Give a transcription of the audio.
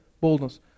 boldness